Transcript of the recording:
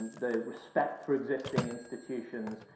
the respect for existing institutions,